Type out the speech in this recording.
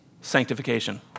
sanctification